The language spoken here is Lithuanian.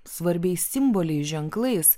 svarbiais simboliais ženklais